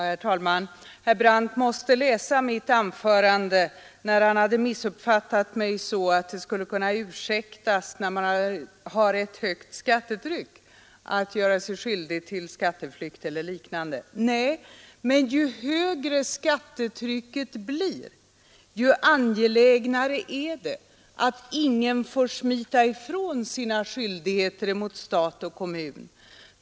Herr talman! Herr Brandt måste läsa mitt anförande, eftersom han har missuppfattat mig så att han tydde det som om jag menade att skatteflykt eller liknande skulle kunna ursäktas när man har ett högt skattetryck. Nej, men ju högre skattetrycket blir, ju angelägnare är det att ingen får smita ifrån sina skyldigheter mot stat och kommun.